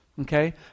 okay